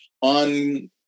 on